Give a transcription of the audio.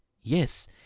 yes